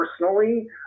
personally